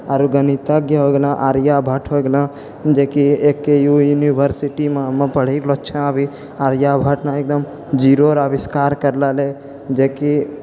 आओर गणितज्ञ हो गेलौ आर्यभट्ट हो गेलौ जेकि एक यूनिवर्सिटी मे हम पढ़ि गेलौ छऽ अभी आर्यभट्ट ने एकदम जीरो रऽ आविष्कार करिलो रहै जेकि